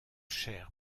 chair